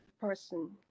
person